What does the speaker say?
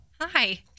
Hi